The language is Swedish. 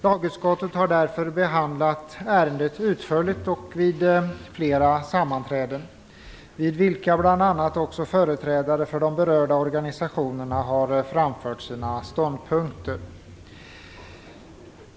Lagutskottet har därför behandlat ärendet utförligt och vid flera sammanträden, vid vilka bl.a. också företrädare för de berörda organisationerna har framfört sina ståndpunkter.